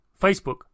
Facebook